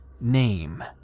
name